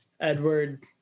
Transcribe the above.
Edward